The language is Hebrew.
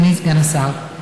אדוני סגן השר,